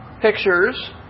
pictures